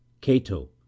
Cato